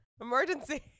Emergency